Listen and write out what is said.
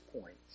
points